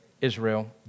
Israel